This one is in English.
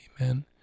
amen